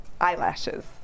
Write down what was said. eyelashes